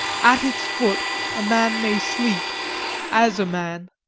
at its foot a man may sleep as a man.